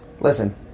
listen